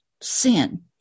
sin